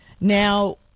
Now